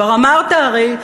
כבר אמרת הרי,